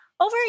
over